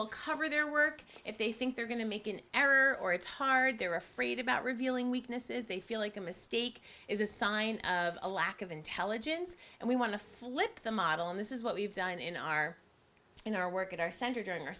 will cover their work if they think they're going to make an error or it's hard they're afraid about revealing weaknesses they feel like a mistake is a sign of a lack of intelligence and we want to flip the model and this is what we've done in our in our work at our center during